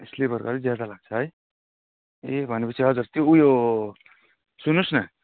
स्लिपरको अलिक ज्याँदा लाग्छ है ए भनेपछि हजुर त्यो उयो सुन्नुहोस् न